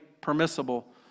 permissible